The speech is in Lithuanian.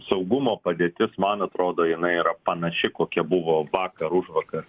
saugumo padėtis man atrodo jinai yra panaši kokia buvo vakar užvakar